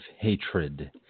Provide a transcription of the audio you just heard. hatred